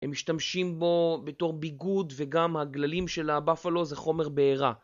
הם משתמשים בו בתור ביגוד וגם הגללים של הבפלו זה חומר בעירה